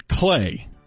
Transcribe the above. Clay